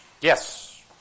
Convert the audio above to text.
Yes